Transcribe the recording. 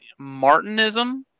Martinism